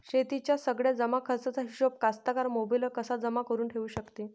शेतीच्या सगळ्या जमाखर्चाचा हिशोब कास्तकार मोबाईलवर कसा जमा करुन ठेऊ शकते?